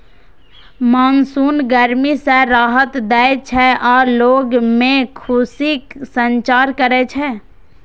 monsoon गर्मी सं राहत दै छै आ लोग मे खुशीक संचार करै छै